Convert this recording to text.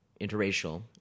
interracial